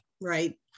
right